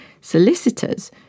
solicitors